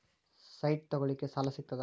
Site ತಗೋಳಿಕ್ಕೆ ಸಾಲಾ ಸಿಗ್ತದಾ?